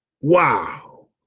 Wow